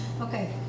Okay